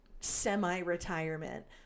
semi-retirement